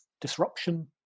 disruption